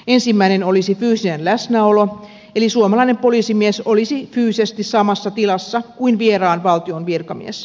ensimmäinen olisi fyysinen läsnäolo eli suomalainen poliisimies olisi fyysisesti samassa tilassa kuin vieraan valtion virkamies